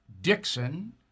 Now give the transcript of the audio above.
Dixon